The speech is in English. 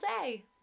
day